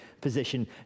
position